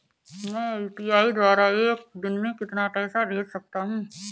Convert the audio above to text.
मैं यू.पी.आई द्वारा एक दिन में कितना पैसा भेज सकता हूँ?